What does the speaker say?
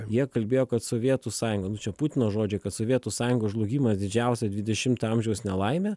jie kalbėjo kad sovietų sąjunga nu čia putino žodžiai kad sovietų sąjungos žlugimas didžiausia dvidešimto amžiaus nelaimė